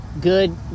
good